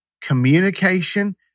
communication